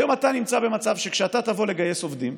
היום אתה נמצא במצב שכשאתה תבוא לגייס עובדים,